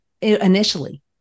initially